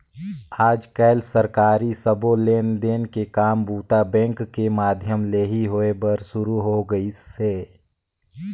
आयज कायल सरकारी सबो लेन देन के काम बूता बेंक के माधियम ले ही होय बर सुरू हो गइसे